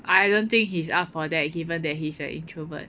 I don't think he's up for that given that he's an introvert